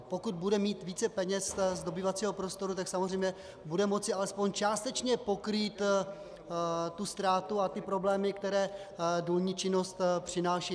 Pokud bude mít více peněz z dobývacího prostoru, tak samozřejmě bude moci alespoň částečně pokrýt ztrátu a problémy, které důlní činnost přináší.